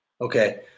Okay